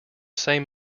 same